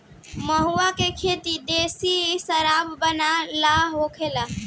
महुवा के खेती देशी शराब बनावे ला होला